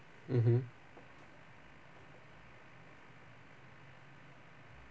mmhmm